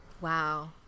Wow